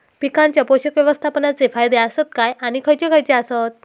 पीकांच्या पोषक व्यवस्थापन चे फायदे आसत काय आणि खैयचे खैयचे आसत?